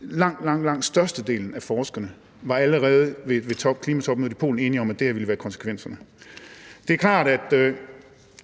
langt, langt størstedelen af forskerne, der allerede ved klimatopmødet i Polen var enige om, at det her ville være konsekvenserne. Det er klart, at